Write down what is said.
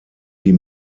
die